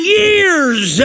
years